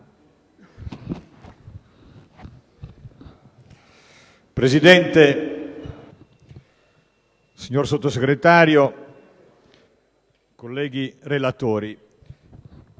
Presidente, signor Sottosegretario, colleghi relatori,